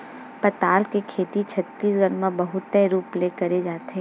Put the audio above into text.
पताल के खेती छत्तीसगढ़ म बहुताय रूप ले करे जाथे